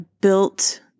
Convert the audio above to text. built